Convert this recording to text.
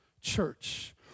church